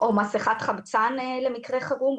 -- או מסכת חמצן למקרה חירום,